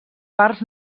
parts